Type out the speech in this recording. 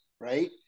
right